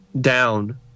down